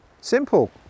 simple